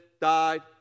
died